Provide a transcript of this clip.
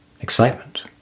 excitement